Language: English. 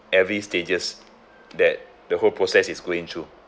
every stages that the whole process is going through